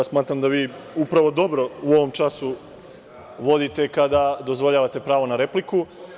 Smatram da vi upravo dobro u ovom času vodite, kada dozvoljavate pravo na repliku.